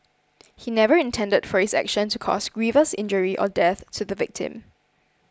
he never intended for his action to cause grievous injury or death to the victim